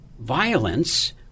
violence